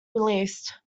released